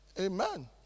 Amen